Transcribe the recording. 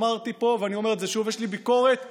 אמרתי פה ואני אומר את זה שוב: יש לי ביקורת קשה,